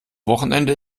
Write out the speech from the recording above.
wochenende